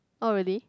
oh really